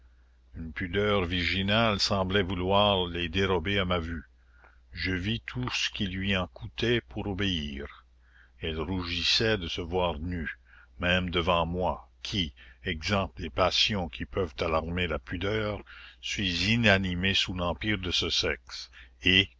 une pudeur virginale sembloit vouloir les dérober à ma vue je vis tout ce qu'il lui en coûtoit pour obéir elle rougissoit de se voir nue même devant moi qui exempt des passions qui peuvent alarmer la pudeur suis inanimé sous l'empire de ce sexe et